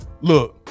look